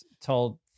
told